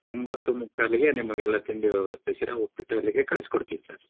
ಒಂಬತ್ತು ಮುಕ್ಕಾಲಿಗೆ ನಿಮಗೆಲ್ಲ ತಿಂಡಿ ವ್ಯವಸ್ಥೆ ಶಿರಾ ಉಪ್ಪಿಟ್ಟು ಅಲ್ಲಿಗೆ ಕಳಿಸ್ಕೊಡ್ತಿವಿ ಸರ್